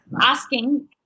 asking